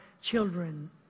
children